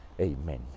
Amen